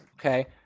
Okay